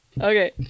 Okay